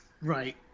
Right